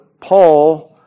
Paul